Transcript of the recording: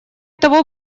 того